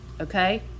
okay